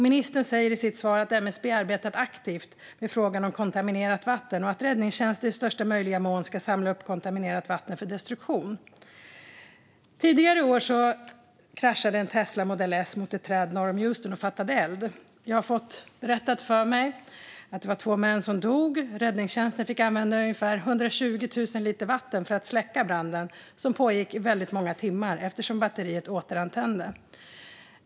Ministern säger i sitt svar att MSB arbetat aktivt med frågan om kontaminerat vatten och att räddningstjänster i största möjliga mån ska samla upp kontaminerat vatten för destruktion. Tidigare i år kraschade en Tesla Model S mot ett träd norr om Houston och fattade eld. Jag har fått berättat för mig att det var två män som dog. Räddningstjänsten fick använda ungefär 120 000 liter vatten för att släcka branden, som pågick i väldigt många timmar eftersom batteriet återantände.